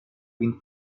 been